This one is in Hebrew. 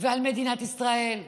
ועל מדינת ישראל,